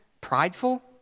prideful